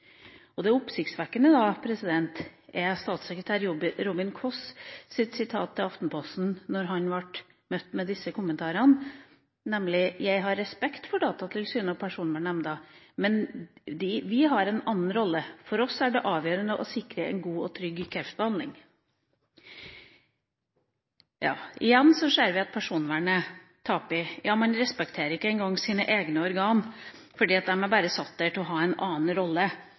er statssekretær Robin Kåss’ sitat til Aftenposten da han ble møtt med disse kommentarene, nemlig: «Jeg har respekt for Datatilsynet og Personvernnemnda, men vi har en annen rolle. For oss er det avgjørende å sikre en god og trygg kreftbehandling.» Igjen ser vi at personvernet taper. Man respekterer ikke engang sine egne organer, for de er bare satt der til å ha en annen rolle.